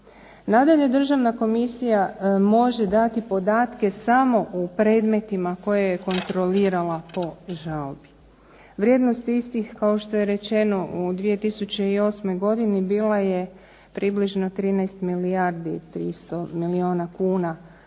Nadalje, Državna komisija može dati podatke samo u predmetima koje je kontrolirala po žalbi. Vrijednost istih, kao što je rečeno, u 2008. godini bila je približno 13 milijardi 300 milijuna kuna.